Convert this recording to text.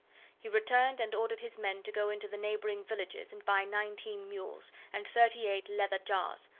he returned, and ordered his men to go into the neighboring villages and buy nineteen mules, and thirty-eight leather jars,